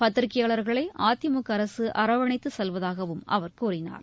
பத்திரிகையாள்களை அதிமுக அரசு அரவணைத்து செல்வதாகவும் அவர் கூறினார்